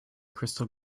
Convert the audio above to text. crystal